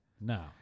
No